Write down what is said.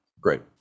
great